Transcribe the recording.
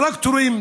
טרקטורים,